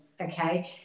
okay